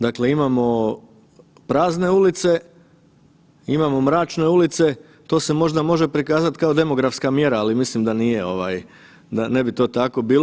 Dakle, imamo prazne ulice, imamo mračne ulice to se možda može prikazat kao demografska mjera, ali mislim da nije da ne bi to tako bilo.